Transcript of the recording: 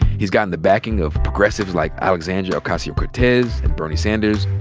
he's gotten the backing of progressives like alexandria ocasio-cortez and bernie sanders,